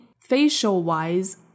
facial-wise